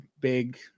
big